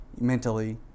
mentally